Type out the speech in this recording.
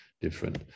different